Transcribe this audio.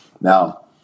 Now